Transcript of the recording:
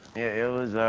it was,